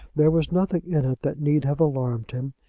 there was nothing in it that need have alarmed him.